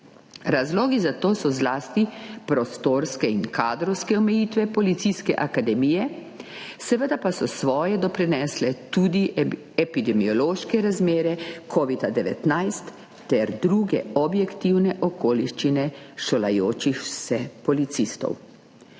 Razlogi za to so zlasti prostorske in kadrovske omejitve policijske akademije, seveda pa so svoje doprinesle tudi epidemiološke razmere covida-19 ter druge objektivne okoliščine šolajočih se policistov.